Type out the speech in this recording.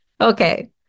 Okay